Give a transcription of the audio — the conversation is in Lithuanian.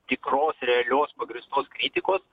tikros realios pagrįstos kritikos